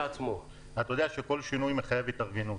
שכל שינוי מחייב התארגנות,